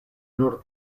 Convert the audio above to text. nur